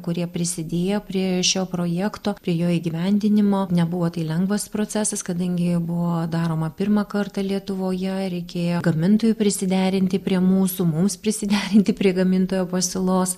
kurie prisidėjo prie šio projekto prie jo įgyvendinimo nebuvo tai lengvas procesas kadangi buvo daroma pirmą kartą lietuvoje reikėjo gamintojui prisiderinti prie mūsų mums prisiderinti prie gamintojo pasiūlos